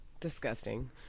disgusting